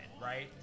right